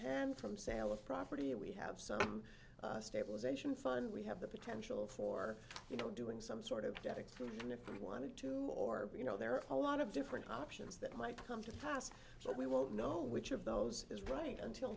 hand from sale of property and we have some stabilization fund we have the potential for you know doing some sort of debt exclusion if we wanted to or you know there are a whole lot of different options that might come to pass so we won't know which of those is right until